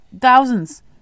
Thousands